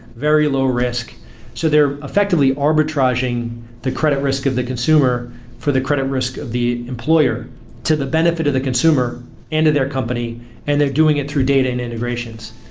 very low risk so they're effectively arbitraging the credit risk of the consumer for the credit risk of the employer to the benefit of the consumer and in their company and they're doing it through data and integrations.